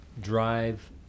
drive